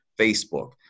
Facebook